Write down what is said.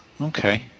okay